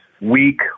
weak